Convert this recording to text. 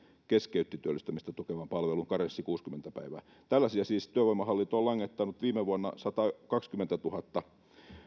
keskeytti työllistymistä tukevan palvelun karenssi kuusikymmentä päivää tällaisia päätöksiä siis työvoimahallinto on langettanut viime vuonna satakaksikymmentätuhatta